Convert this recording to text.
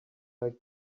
like